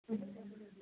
ହଁ